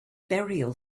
burial